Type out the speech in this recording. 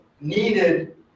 needed